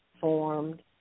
formed